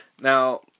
Now